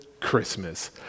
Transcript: Christmas